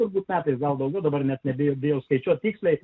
negu pernai gal daugiau dabar net nebebijo skaičiuoti tiksliai